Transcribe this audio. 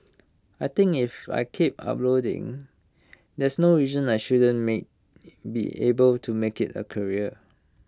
I think if I keep uploading there's no reason I shouldn't mean be able to make IT A career